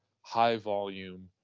high-volume